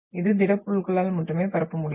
இது திடப்பொருட்களால் மட்டுமே பரப்ப முடியும்